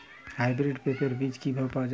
Hybrid পেঁপের বীজ কি পাওয়া যায়?